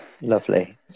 lovely